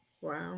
Wow